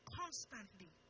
constantly